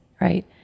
right